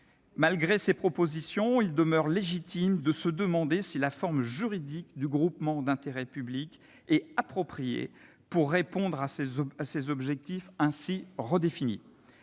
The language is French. malgré ces propositions, il demeure légitime de se demander si la forme juridique du groupement d'intérêt public est appropriée pour répondre à ces objectifs ainsi redéfinis.